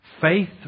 Faith